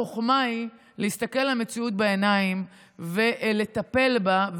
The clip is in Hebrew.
החוכמה היא להסתכל למציאות בעיניים ולטפל בה,